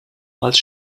als